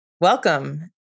Welcome